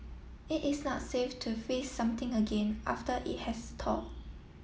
it is not safe to freeze something again after it has thawed